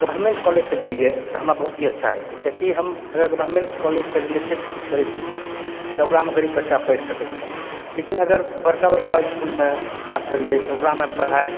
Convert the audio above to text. government कॉलेजके जोड़िए तऽ हमरा बहुत ही अच्छा हेतै कियाकि हम अगर गवर्नमेन्ट कॉलेजसँ रिलेटेड किछु करै छी तऽ ओकरामे गरीब बच्चा पढ़ि सकै छै लेकिन अगर बड़का बड़का इसकुलमे बात करिए तऽ ओकरामे पढ़ाइ